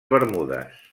bermudes